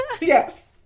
Yes